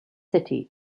city